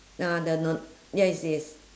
uh the not~ yes yes